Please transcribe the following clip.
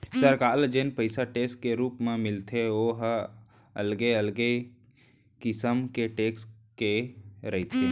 सरकार ल जेन पइसा टेक्स के रुप म मिलथे ओ ह अलगे अलगे किसम के टेक्स के रहिथे